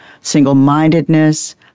single-mindedness